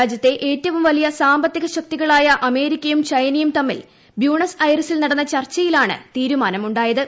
രാജ്യത്തെ ഏറ്റവും വലിയ സാമ്പത്തിക ശക്തികളായ അമേരിക്കയും ചൈനയും തമ്മിൽ ബ്യൂണസ് ഐറിസിൽ നടന്ന ചർച്ചയിലാണ് തീരുമാനമുണ്ടായത്